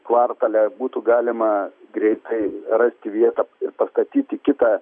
kvartale būtų galima greitai rasti vietą ir pastatyti kitą